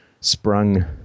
sprung